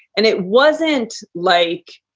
and it wasn't like,